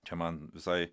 čia man visai